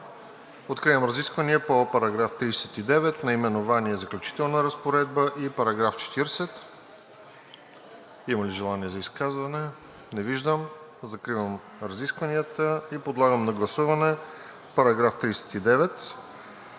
Откривам разисквания по § 39, наименованието „Заключителна разпоредба“ и § 40. Има ли желание за изказване? Не виждам. Закривам разискванията и подлагам на гласуване § 39,